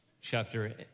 Chapter